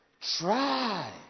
Try